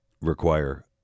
require